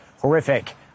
horrific